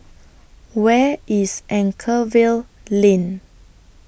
Where IS Anchorvale Lane